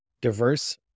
diverse